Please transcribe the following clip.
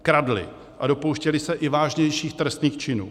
Kradli a dopouštěli se i vážnějších trestných činů.